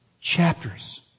chapters